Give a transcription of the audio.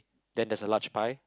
then there's a large pie